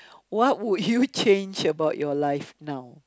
what would you change about your life now